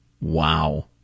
Wow